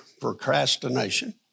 procrastination